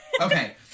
Okay